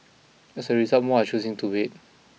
as a result more are choosing to wait